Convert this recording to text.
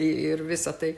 ir visa tai